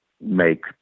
make